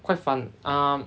quite fun um